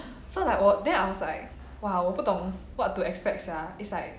so like 我 then I was like !wow! 我不懂 what to expect sia it's like